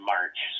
March